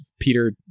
Peter